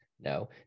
No